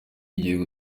igiye